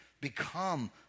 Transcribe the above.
Become